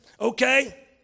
okay